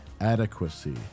adequacy